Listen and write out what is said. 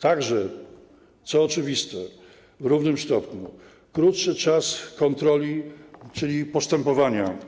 Także, co oczywiste w równym stopniu, chodzi o krótszy czas kontroli, czyli postępowania